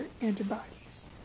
antibodies